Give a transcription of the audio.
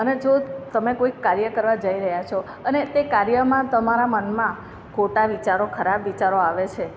અને જો તમે કોઈક કાર્ય કરવા જઈ રહ્યા છો અને તે કાર્યમાં તમારા મનમાં ખોટા વિચારો ખરાબ વિચારો આવે છે